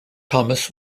thomas